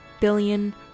billion